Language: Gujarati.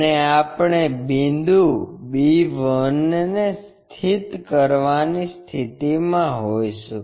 અને આપણે બિંદુ b 1 ને સ્થિત કરવાની સ્થિતિમાં હોઈશું